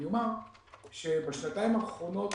אני אומר שבשנתיים האחרונות